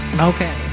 Okay